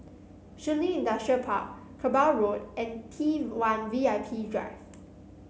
Shun Li Industrial Park Kerbau Road and T one V I P Drive